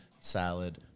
salad